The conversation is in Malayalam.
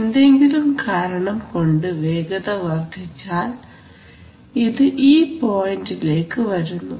എന്തെങ്കിലും കാരണം കൊണ്ട് വേഗത വർദ്ധിച്ചാൽ ഇത് ഈ പോയിന്റിലേക്ക് വരുന്നു